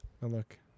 look